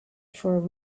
for